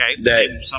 Okay